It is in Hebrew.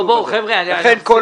לכן כל